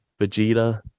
Vegeta